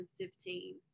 2015